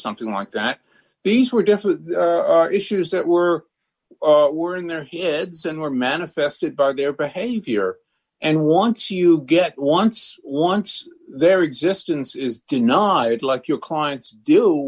something like that these were definite issues that were were in their heads and were manifested by their behavior and once you get once once their existence is denied like your clients do